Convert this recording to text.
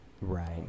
Right